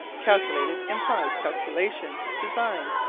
calculated implies calculation, design.